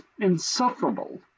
insufferable